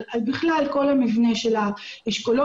על בכלל כל מבנה של האשכולות,